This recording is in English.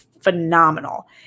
phenomenal